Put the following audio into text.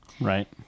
Right